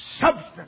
substance